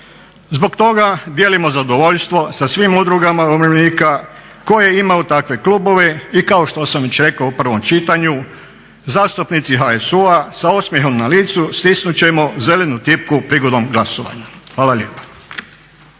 Zbog toga dijelimo zadovoljstvo sa svim udrugama umirovljenika koje imaju takve klubove i kao što sam već rekao u prvom čitanju zastupnici HSU-a sa osmjehom na licu stisnut ćemo zelenu tipku prigodom glasovanja. Hvala lijepa.